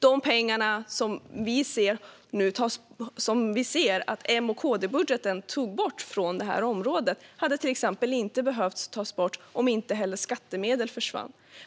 De pengar som vi nu sett M-KD-budgeten ta bort från det här området hade till exempel inte behövt tas bort om inte heller skattemedel försvann.